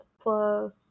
plus